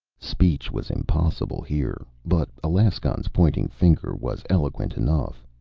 speech was impossible here, but alaskon's pointing finger was eloquent enough.